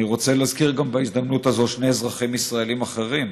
אני רוצה להזכיר בהזדמנות הזו שני אזרחים ישראלים אחרים,